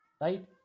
right